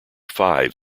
five